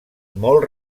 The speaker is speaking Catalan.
molt